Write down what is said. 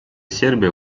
сербия